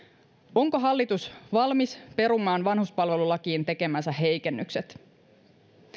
onko hallitus valmis perumaan vanhuspalvelulakiin tekemänsä heikennykset